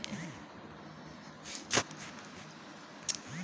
भेड़ बकरी, गाई भइस, घोड़ा गदहा, बतख अउरी मुर्गी पालन के काम इहां खूब होला